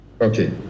okay